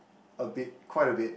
a bit quite a bit